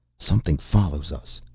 something follows us,